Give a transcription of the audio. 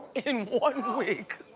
in one week.